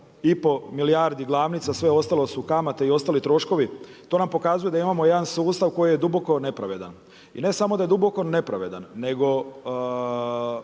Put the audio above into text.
8,5 milijardi glavnica, sve ostalo su kamate i ostali troškovi. To nam pokazuje da imamo jedan sustav koji je duboko nepravedan. I ne samo da je duboko nepravedan nego